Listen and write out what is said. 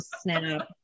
snap